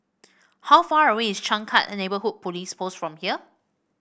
how far away is Changkat Neighbourhood Police Post from here